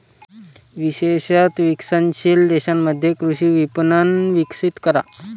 विशेषत विकसनशील देशांमध्ये कृषी विपणन विकसित करा